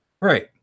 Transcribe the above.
Right